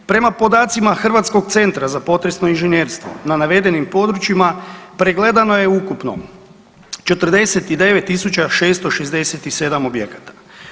Prema podacima Hrvatskog centra za potresno inženjerstvo, na navedenim područjima pregledano je ukupno 49 667 objekata.